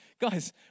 Guys